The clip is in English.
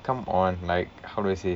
come on like how do I say